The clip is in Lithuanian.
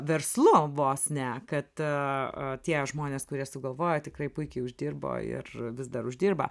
verslu vos ne kad tie žmonės kurie sugalvojo tikrai puikiai uždirbo ir vis dar uždirba